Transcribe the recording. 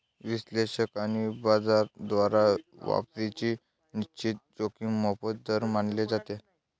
विश्लेषक आणि बाजार द्वारा वापसीची निश्चित जोखीम मोफत दर मानले जाते